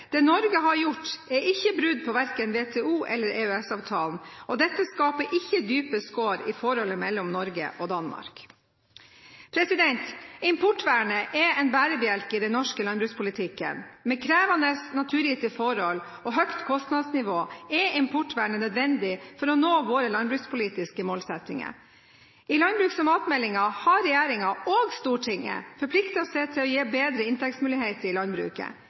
det Norge har gjort, er ikke brudd på verken WTO- eller EØS-avtalen, og dette skaper ikke dype skår i forholdet mellom Norge og Danmark.» Importvernet er en bærebjelke i den norske landbrukspolitikken. Med krevende naturgitte forhold og høyt kostnadsnivå er importvernet nødvendig for å nå våre landbrukspolitiske målsettinger. I landbruks- og matmeldingen har regjeringen og Stortinget forpliktet seg til å gi bedre inntektsmuligheter til landbruket.